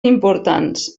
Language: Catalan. importants